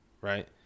Right